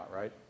right